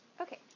Okay